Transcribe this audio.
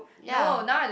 ya